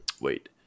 wait